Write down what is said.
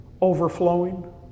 overflowing